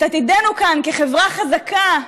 את עתידנו כאן כחברה חזקה,